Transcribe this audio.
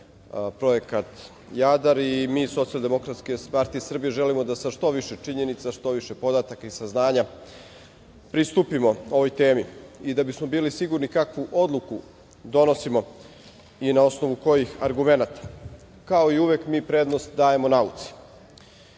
Projekat „Jadar“. Mi iz Socijaldemokratske partije Srbije želimo da sa što više činjenica, što više podataka i saznanja pristupimo ovoj temi i da bismo bili sigurni kakvu odluku donosimo i na osnovu kojih argumenata. Kao i uvek mi prednost dajemo nauci.